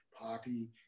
Poppy